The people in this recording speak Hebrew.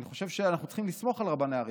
אני חושב שאנחנו צריכים לסמוך על רבני ערים,